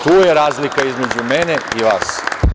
Tu je razlika između mene i vas.